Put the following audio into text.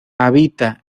habita